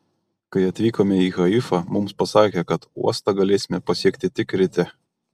kai atvykome į haifą mums pasakė kad uostą galėsime pasekti tik ryte